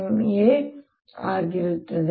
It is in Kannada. ಆದ್ದರಿಂದ M ಮೇಲ್ಮೈಗೆ ಸಮಾನಾಂತರವಾಗಿರುತ್ತದೆ